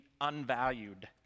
unvalued